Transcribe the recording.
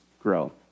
grow